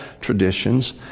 traditions